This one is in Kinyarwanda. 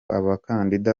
abakandida